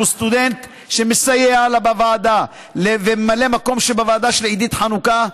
שהוא סטודנט שמסייע בוועדה וממלא מקום בוועדה של עידית חנוכה,